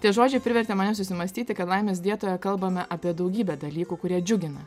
tie žodžiai privertė mane susimąstyti kad laimės dietoje kalbame apie daugybę dalykų kurie džiugina